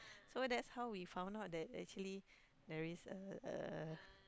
so that's how we found out that actually there is a